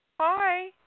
Hi